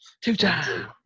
Two-time